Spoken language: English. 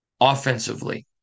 offensively